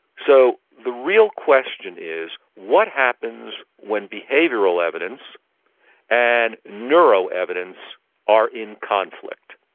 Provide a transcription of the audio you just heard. so the real question is what happens when behavioural evidence and neuro evidence are in conflict?